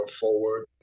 forward